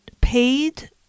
paid